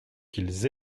qu’ils